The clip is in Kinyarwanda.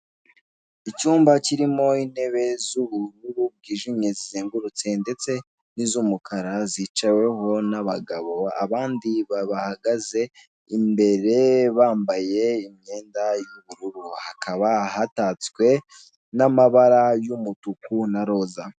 Icyumba kirimo intebe z'ubururu bwijimye zizegurutse ndetse n'iz'umukara zicaweho n'abagabo abandi babahagaze imbere bambaye imyenda y'ubururu hakaba hatatswe n'amabara y'umutuku na rosa.